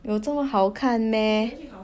有这么好看 meh